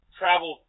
travel